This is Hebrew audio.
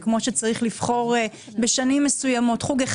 שאתה מבין שהדילמה בין לבחור חוג אחד לילד